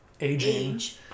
age